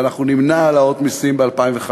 ואנחנו נמנע העלאת מסים ב-2015.